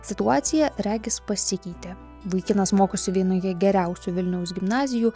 situacija regis pasikeitė vaikinas mokosi vienoje geriausių vilniaus gimnazijų